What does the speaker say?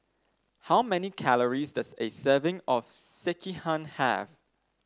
how many calories does a serving of Sekihan have